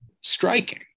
striking